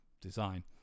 design